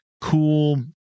cool